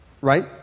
Right